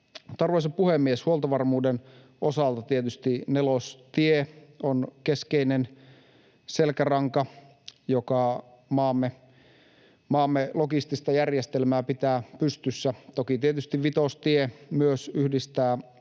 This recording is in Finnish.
Arvoisa puhemies! Huoltovarmuuden osalta tietysti Nelostie on keskeinen selkäranka, joka maamme logistista järjestelmää pitää pystyssä. Toki tietysti Vitostie myös yhdistää